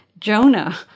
Jonah